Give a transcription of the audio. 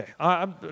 okay